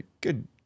good